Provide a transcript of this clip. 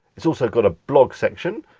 it's also got a blog section,